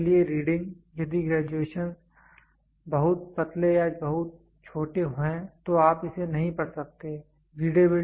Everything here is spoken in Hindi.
उदाहरण के लिए रीडिंग यदि ग्रेजुएशन बहुत पतले या बहुत छोटे हैं तो आप इसे नहीं पढ़ सकते हैं